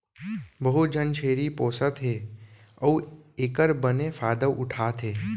बहुत झन छेरी पोसत हें अउ एकर बने फायदा उठा थें